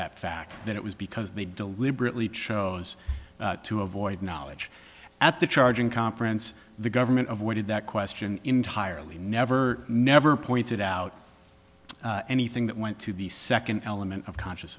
that fact that it was because they deliberately chose to avoid knowledge at the charging conference the government of where did that question entirely never never pointed out anything that went to the second element of conscious